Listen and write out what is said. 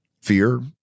Fear